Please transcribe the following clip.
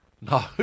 No